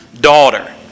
daughter